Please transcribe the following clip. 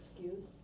excuse